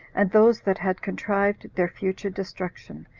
and those that had contrived their future destruction,